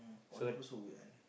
poly people so weird one